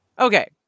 Okay